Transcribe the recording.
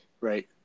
right